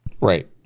Right